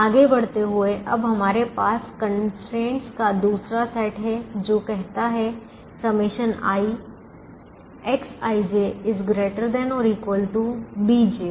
आगे बढ़ते हुए अब हमारे पास कंस्ट्रेंट्स का दूसरा सेट है जो कहता है ∑i Xij ≥ bj